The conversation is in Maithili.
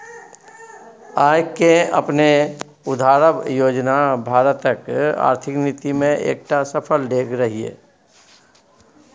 आय केँ अपने उघारब योजना भारतक आर्थिक नीति मे एकटा सफल डेग रहय